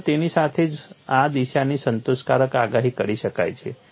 માત્ર તેની સાથે જ આ દિશાઓની સંતોષકારક આગાહી કરી શકાય છે